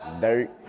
dirt